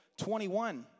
21